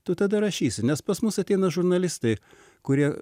tu tada rašysi nes pas mus ateina žurnalistai kurie